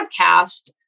podcast